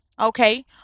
Okay